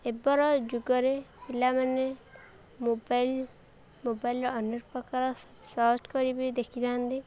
ଏବେର ଯୁଗରେ ପିଲାମାନେ ମୋବାଇଲ୍ ମୋବାଇଲ୍ରେ ଅନେକ ପ୍ରକାର ସର୍ଚ୍ଚ କରିବି ଦେଖିଥାନ୍ତି